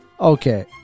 Okay